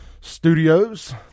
studios